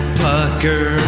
pucker